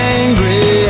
angry